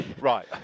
Right